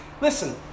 Listen